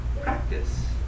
practice